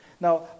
Now